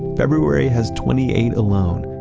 february has twenty eight alone.